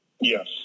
Yes